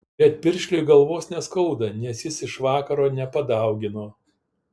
bet piršliui galvos neskauda nes jis iš vakaro nepadaugino